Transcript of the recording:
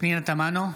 פנינה תמנו,